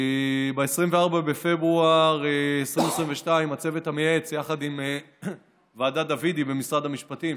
ב-24 בפברואר 2022 הצוות המייעץ יחד עם ועדת דוידי במשרד המשפטים,